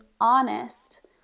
honest